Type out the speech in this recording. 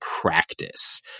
practice